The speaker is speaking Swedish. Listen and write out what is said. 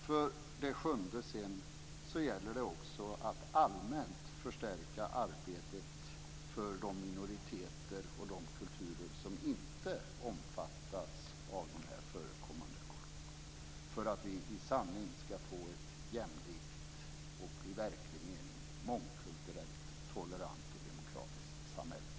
För det sjunde gäller det också att allmänt förstärka arbetet för de minoriteter och de kulturer som inte omfattas av detta för att vi i sanning ska få ett jämlikt och i verklig mening mångkulturellt, tolerant och demokratiskt samhälle.